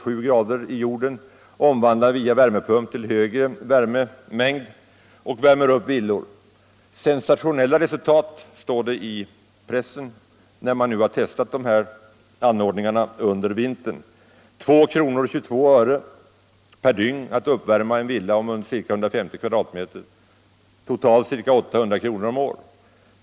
+ 7 grader i jorden omvandlas via värmepump till högre värmemängd och på det sättet värms huset upp. ”Sensationella resultat” står det i pressen, sedan anordningarna har testats under vintern: 2 kr. och 28 öre per dygn för att värma upp en villa om ca 150 m', totalt ca 800 kr. om året.